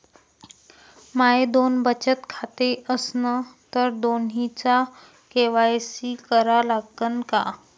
माये दोन बचत खाते असन तर दोन्हीचा के.वाय.सी करा लागन का?